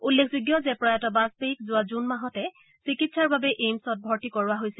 উল্লেখযোগ্য যে প্ৰয়াত বাজপেয়ীক যোৱা জুন মাহতে চিকিৎসাৰ বাবে এইমছ্ত ভৰ্তি কৰোৱা হৈছিল